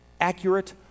accurate